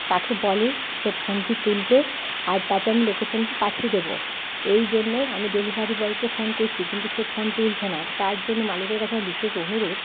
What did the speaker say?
তাকে বলে যে ফোনটি তুলতে আর তাতে আমি লোকেশনটি পাঠিয়ে দেব এই জন্যই আমি ডেলিভারি বয়কে ফোন করছি কিন্তু সে ফোন তুলছে না তার জন্য মালিকের কাছে আমার বিশেষ অনুরোধ